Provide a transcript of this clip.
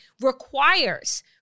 requires